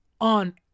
on